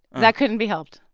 that couldn't be helped.